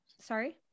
Sorry